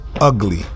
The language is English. ugly